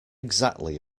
exactly